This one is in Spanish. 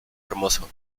hermoso